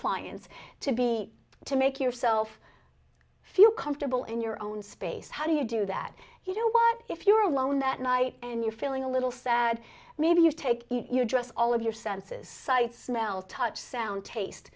clients to be to make yourself feel comfortable in your own space how do you do that you know what if you're alone that night and you're feeling a little sad maybe you take your dress all of your senses sight smell touch sound taste